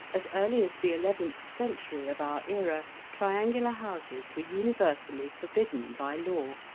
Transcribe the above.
as early as the eleventh century of our era, triangular houses were universally forbidden by law,